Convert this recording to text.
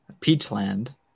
Peachland